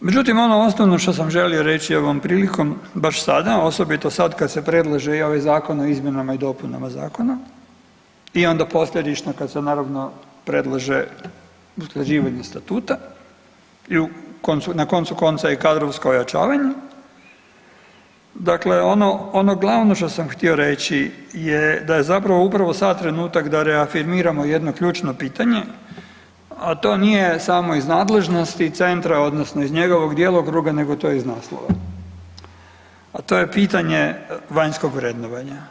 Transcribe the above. Međutim ono osnovno što sam želio reći ovom prilikom baš sada, osobito sad kad se predlaže i ovaj zakon o izmjenama i dopunama zakona i onda posljedično kad se naravno predlaže usklađivanje statuta i na koncu konca i kadrovsko ojačavanje, dakle ono, ono glavno što sam htio reći je da je zapravo upravo sad trenutak da reafirmiramo jedno ključno pitanje, a to nije samo iz nadležnosti centra odnosno iz njegovog djelokruga nego to je iz naslova, a to je pitanje vanjskog vrednovanja.